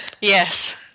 Yes